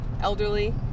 elderly